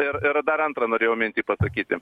ir ir dar antrą norėjau mintį pasakyti